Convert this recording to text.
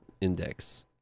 index